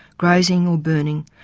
grazing or burning,